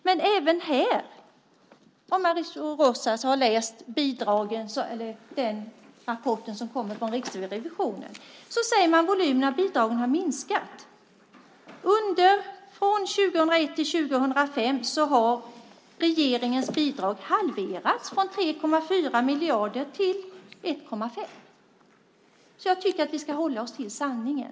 Men även här, om Mauricio Rojas har läst rapporten från Riksrevisionen, säger man att volymen av bidrag har minskat. Från 2001 till 2005 har regeringens bidrag halverats från 3,4 miljarder till 1,5. Jag tycker att vi ska hålla oss till sanningen.